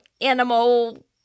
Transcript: animal